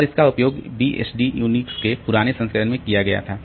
और इसका उपयोग बीएसडी यूनिक्स के पुराने संस्करण में किया गया था